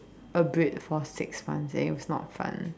a bit for six months and it was not fun